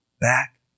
back